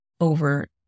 over